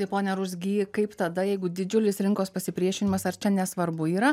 taip pone ruzgy kaip tada jeigu didžiulis rinkos pasipriešinimas ar čia nesvarbu yra